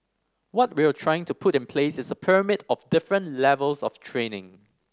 what we're trying to put in place is a pyramid of different levels of training